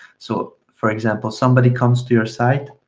so for example, somebody comes to your site,